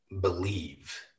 believe